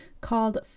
called